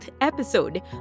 episode